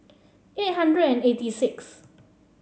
eight hundred and eighty six